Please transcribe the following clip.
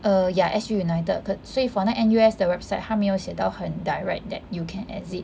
err ya S_G united 可所以 for 那 N_U_S 的 website 他没有写到很 direct that you can exit